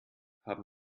haben